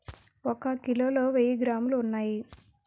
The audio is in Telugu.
ఒక కిలోలో వెయ్యి గ్రాములు ఉన్నాయి